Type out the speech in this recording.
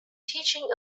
teaching